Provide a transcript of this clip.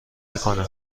میکنه